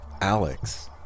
Alex